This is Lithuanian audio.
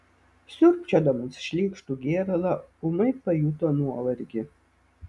siurbčiodamas šleikštų gėralą ūmai pajuto nuovargį